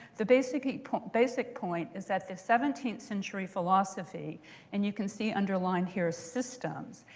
the basic point basic point is that the seventeenth century philosophy and you can see underlined here systems.